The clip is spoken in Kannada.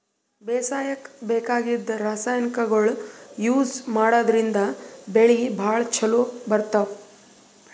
ಬೇಸಾಯಕ್ಕ ಬೇಕಾಗಿದ್ದ್ ರಾಸಾಯನಿಕ್ಗೊಳ್ ಯೂಸ್ ಮಾಡದ್ರಿನ್ದ್ ಬೆಳಿ ಭಾಳ್ ಛಲೋ ಬೆಳಿತಾವ್